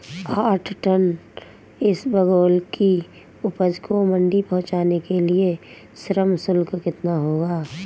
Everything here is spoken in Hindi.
आठ टन इसबगोल की उपज को मंडी पहुंचाने के लिए श्रम शुल्क कितना होगा?